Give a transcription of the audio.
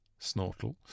Snortle